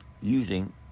using